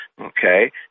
okay